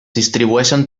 distribueixen